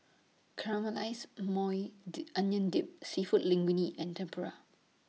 Caramelized Maui Di Onion Dip Seafood Linguine and Tempura